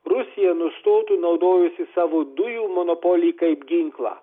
rusija nustotų naudojusi savo dujų monopolį kaip ginklą